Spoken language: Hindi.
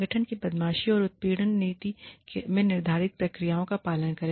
संगठन की बदमाशी और उत्पीड़न नीति में निर्धारित प्रक्रियाओं का पालन करें